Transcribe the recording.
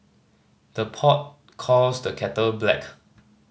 the pot calls the kettle black